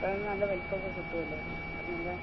അപ്പം നല്ല വലിപ്പമൊക്കെ കിട്ടുമല്ലോ അല്ലെ അതു നല്ല